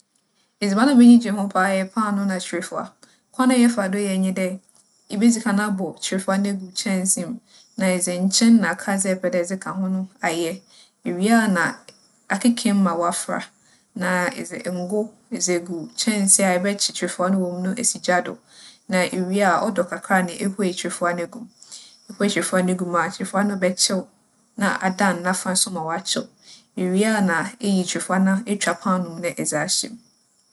Edziban a m'enyi gye ho paa yɛ paanoo na kyirefuwa. Kwan a yɛfa do yɛ nye dɛ, yebedzi kan abͻ kyirefuwa no egu kyɛnsee mu, na edze nkyen na akadze a epɛ dɛ edzeka ho no ayɛ. Iwie a na akeka mu ma wͻafora, na edze ngo edze egu kyɛnsee a ebɛkyew kyirefuwa no wͻ mu no esi gya do. Na iwie a, ͻdͻ kakra a na ehue kyirefuwa no egu mu. Ihue kyirefuwa no gu mu a kyirefuwa no bɛkyew, na adan n'afa so ma ͻakyew. Iwie a na eyi kyirefuwa na etwa paanoo mu edze ahyɛ mu.